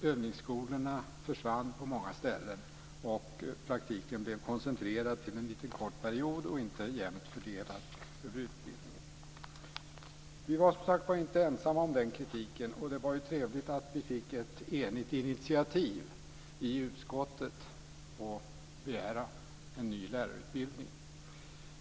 Övningsskolorna försvann på många ställen, och praktiken blev koncentrerad till en kort period och inte jämnt fördelad över utbildningen. Vi var som sagt inte ensamma om den kritiken, och det var ju trevligt att vi fick ett enigt initiativ i utskottet om begäran om en ny lärarutbildning.